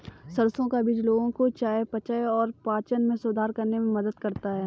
सरसों का बीज लोगों के चयापचय और पाचन में सुधार करने में मदद करता है